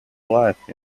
life